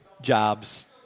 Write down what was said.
jobs